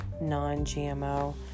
non-GMO